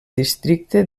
districte